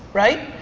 right?